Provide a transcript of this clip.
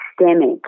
systemic